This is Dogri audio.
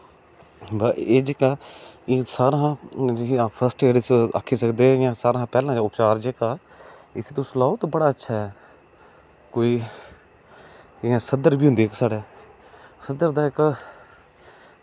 ते एह् जेह्का एह् सारें कशा फर्स्ट एड जेह्का इसी आक्खेआ जंदा ते सारें कशा पैह्लें जेह्का इसी तुस लाओ ते बड़ा अच्छा ऐ ते कोई इक्क सद्धर बी होंदी साढ़े सद्धर दा इक्क